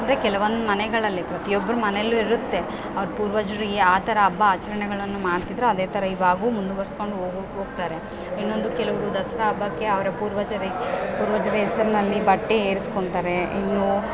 ಅಂದರೆ ಕೆಲವೊಂದು ಮನೆಗಳಲ್ಲಿ ಪ್ರತಿಯೊಬ್ರು ಮನೆಲು ಇರುತ್ತೆ ಅವ್ರ ಪೂರ್ವಜ್ರು ಯಾ ಥರ ಹಬ್ಬ ಆಚರಣೆಗಳನ್ನ ಮಾಡ್ತಿದ್ರು ಅದೇ ಥರ ಇವಾಗು ಮುಂದ್ವರಿಸ್ಕೊಂಡು ಹೋಗೋಕೆ ಹೋಗ್ತಾರೆ ಇನ್ನೊಂದು ಕೆಲುರು ದಸ್ರಾ ಹಬ್ಬಕ್ಕೆ ಅವರ ಪೂರ್ವಜರೇ ಪೂರ್ವಜ್ರ ಹೆಸರಿನಲ್ಲಿ ಬಟ್ಟೆ ಇರಿಸ್ಕೊಂತರೇ ಇನ್ನೂ